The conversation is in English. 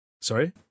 Sorry